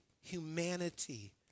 humanity